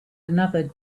another